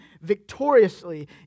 victoriously